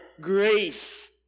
grace